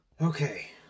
Okay